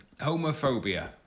Homophobia